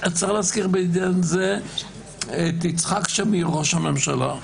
צריך להזכיר בהקשר הזה את יצחק שמיר, ראש הממשלה,